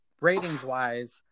ratings-wise